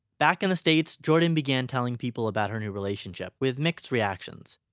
back in the states, jordan began telling people about her new relationship, with mixed reactions.